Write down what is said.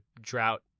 drought